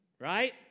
Right